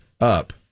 Up